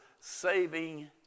saving